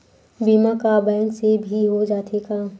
बीमा का बैंक से भी हो जाथे का?